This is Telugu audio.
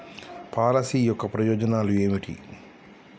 పాలసీ యొక్క ప్రయోజనాలు ఏమిటి?